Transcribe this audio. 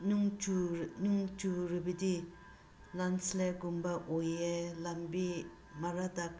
ꯅꯣꯡ ꯅꯣꯡ ꯆꯨꯔꯕꯗꯤ ꯂꯦꯟꯏꯁꯂꯥꯏꯠꯀꯨꯝꯕ ꯑꯣꯏꯌꯦ ꯂꯝꯕꯤ ꯃꯔꯛꯇ